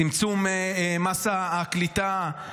צמצום מס הקליטה.